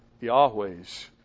Yahweh's